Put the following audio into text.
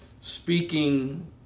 speaking